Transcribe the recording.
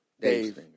Dave